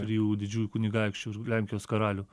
trijų didžiųjų kunigaikščių ir lenkijos karalių